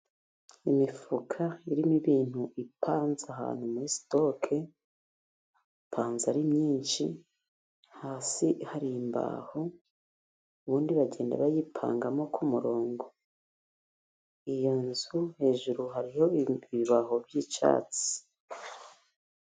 Imifuka irimo ibintu ipanze ahantu muri sitoke ipanze ari myinshi, hasi hari imbaho, ubundi bagenda bayipangamo kumurongo, iyo nzu hejuru hariho ibibaho by'icyatsi.